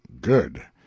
Good